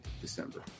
December